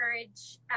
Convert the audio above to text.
encourage